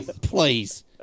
please